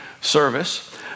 service